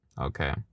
okay